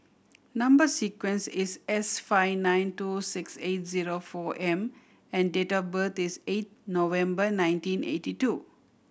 number sequence is S five nine two six eight zero four M and date of birth is eight November nineteen eighty two